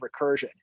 recursion